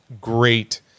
great